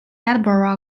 edinburgh